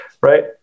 Right